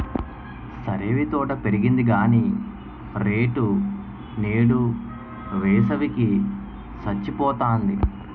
సరేవీ తోట పెరిగింది గాని రేటు నేదు, వేసవి కి సచ్చిపోతాంది